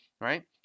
right